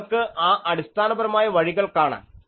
നിങ്ങൾക്ക് ആ അടിസ്ഥാനപരമായ വഴികൾ കാണാം